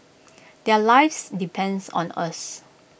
their lives depend on us